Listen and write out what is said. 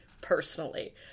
personally